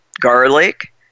garlic